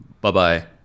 Bye-bye